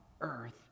earth